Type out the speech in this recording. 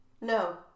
No